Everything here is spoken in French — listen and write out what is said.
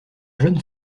jeune